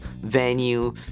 venue